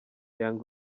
young